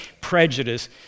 prejudice